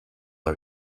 are